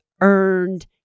earned